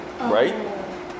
Right